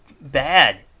bad